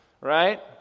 right